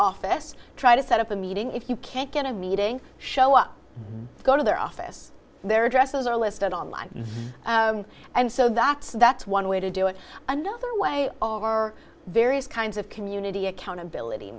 office try to set up a meeting if you can't get a meeting show up go to their office their addresses are listed online and so that's that's one way to do it another way are various kinds of community accountability